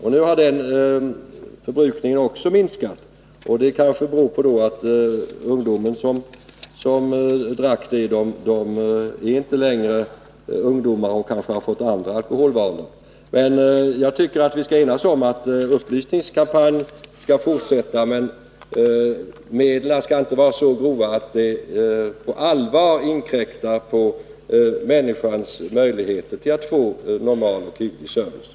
Nu har också den förbrukningen minskat, och det kanske beror på att de ungdomar som drack starköl inte längre är unga och har fått andra alkoholvanor. Jag tycker att vi skall enas om att upplysningskampanjen skall fortsätta, men medlen skall inte vara så grova att det på allvar inkräktar på människans möjligheter att få normal och hygglig service.